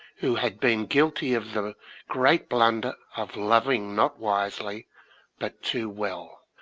who had been guilty of the great blunder of loving not wisely but too well